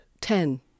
ten